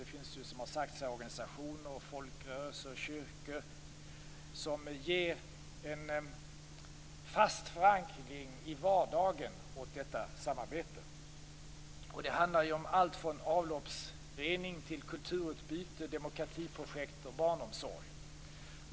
Som har sagts här finns det också organisationer, folkrörelser och kyrkor som ger en fast förankring i vardagen åt detta samarbete. Det handlar om allt från avloppsrening till kulturutbyte, demokratiprojekt och barnomsorg.